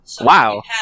Wow